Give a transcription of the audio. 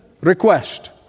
request